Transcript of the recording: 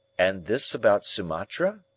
and this about sumatra?